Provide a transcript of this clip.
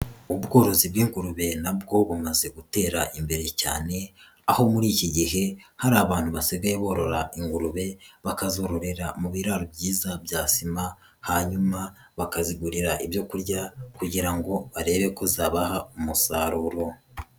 Ubworozi bw'ingurube na bwo bumaze gutera imbere cyane aho muri iki gihe hari abantu basigaye borora ingurube bakazororera mu biraro byiza bya sima hanyuma bakazigurira ibyo kurya kugira ngo barebe ko zabaha umusaruro.